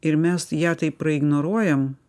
ir mes ją taip praignoruojam